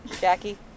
Jackie